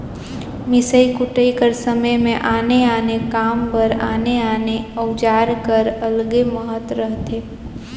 मिसई कुटई कर समे मे आने आने काम बर आने आने अउजार कर अलगे महत रहथे